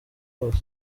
wose